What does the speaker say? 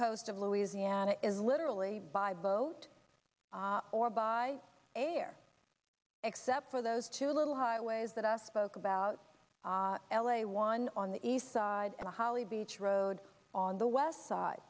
coast of louisiana is literally by boat or by air except for those two little highways that us spoke about l a one on the east side and a holly beach road on the west side